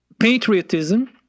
patriotism